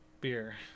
beer